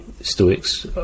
Stoics